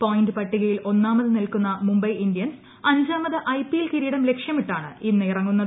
point പട്ടികയിൽ ഒന്നാമത് നിൽക്കുന്ന മുംബൈ ഇന്ത്യൻസ് അഞ്ചാമത് ഐപിഎൽ കിരീടം ലക്ഷ്യമിട്ടാണ് ഇന്ന് ഇറങ്ങുന്നത്